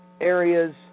areas